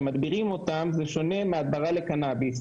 כשמדבירים אותם זה שונה מהתרה לקנאביס.